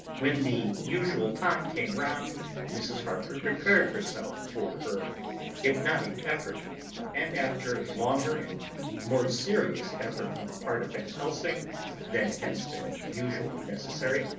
when the usual time came round mrs. harker prepared herself for her hypnotic effort and after a longer and more serious effort on the part of van helsing than has been usually necessary,